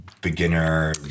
beginner